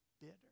bitter